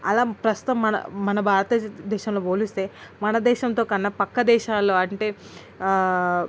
అలా ప్రస్తుతం మన మన భారతదేశంలో పోలిస్తే మన దేశంతో కన్నా పక్క దేశాల్లో అంటే